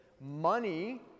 Money